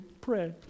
pray